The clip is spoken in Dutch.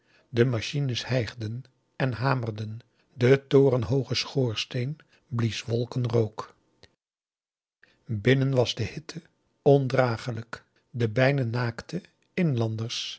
de machines hijgden en hamerden de torenhooge schoorsteen blies wolken rook augusta de wit orpheus in de dessa binnen was de hitte ondragelijk den bijna naakten inlanders